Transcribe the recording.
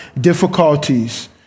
difficulties